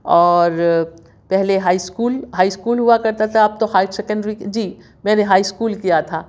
اور پہلے high school high school ہُوا کرتا تھا اب تو ہایی سکنڈری جی میں نے ہائی اسکول کیا تھا